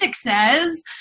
says